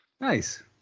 Nice